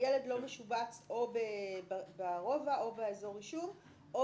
שהילד לא משובץ או ברובע או באזור רישום או